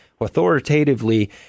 authoritatively